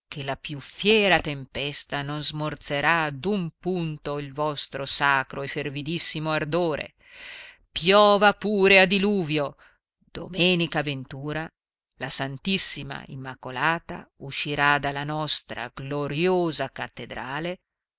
la più fiera tempesta non smorzerà d'un punto il vostro sacro e fervidissimo ardore piova pure a diluvio domenica ventura la ss immacolata uscirà dalla nostra gloriosa cattedrale